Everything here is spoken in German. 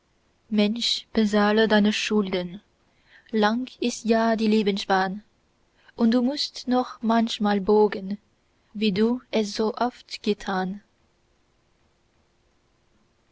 mensch bezahle deine schulden lang ist ja die lebensbahn und du mußt noch manchmal borgen wie du es so oft getan